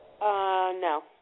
No